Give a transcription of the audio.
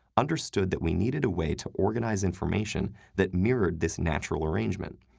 understood that we needed a way to organize information that mirrored this natural arrangement.